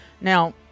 Now